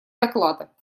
доклада